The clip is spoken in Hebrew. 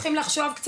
צריכים לחשוב,